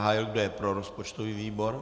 Kdo je pro rozpočtový výbor?